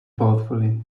thoughtfully